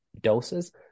doses